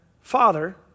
father